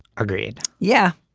agreed. yeah.